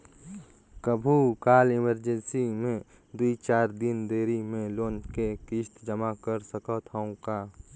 कभू काल इमरजेंसी मे दुई चार दिन देरी मे लोन के किस्त जमा कर सकत हवं का?